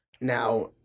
Now